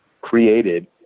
created